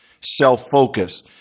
self-focus